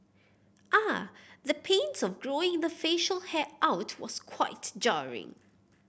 ah the pains of growing the facial hair out was quite jarring